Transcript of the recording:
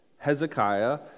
Hezekiah